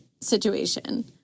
situation